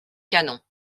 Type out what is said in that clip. canon